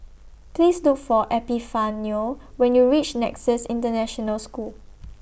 Please Look For Epifanio when YOU REACH Nexus International School